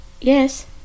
Yes